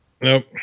Nope